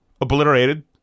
Obliterated